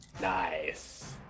Nice